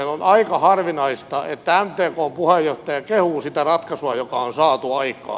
on aika harvinaista että mtkn puheenjohtaja kehuu sitä ratkaisua joka on saatu aikaan